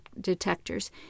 detectors